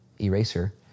eraser